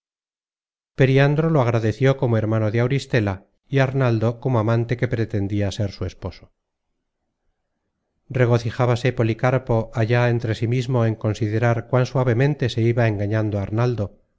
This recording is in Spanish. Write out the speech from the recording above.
periandro lo agradeció como hermano de auristela y arnaldo como amante que pretendia ser su esposo regocijábase policarpo allá entre sí mismo en considerar cuán suavemente se iba engañando arnaldo el